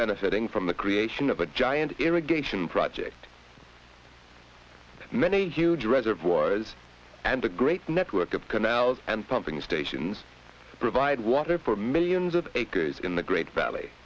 benefiting from the creation of a giant irrigation project many huge reservoirs and a great network of canals and pumping stations provide water for millions of acres in the great valley